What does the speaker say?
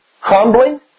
humbling